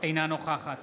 אינה נוכחת